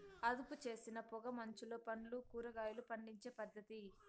అదుపుచేసిన పొగ మంచులో పండ్లు, కూరగాయలు పండించే పద్ధతి